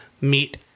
meet